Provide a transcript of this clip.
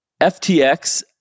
FTX